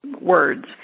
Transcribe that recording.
words